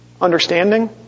understanding